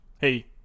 Hey